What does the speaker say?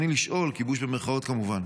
כיבוש במירכאות, כמובן.